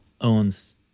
owns